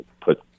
put